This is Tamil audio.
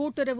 கூட்டுறவு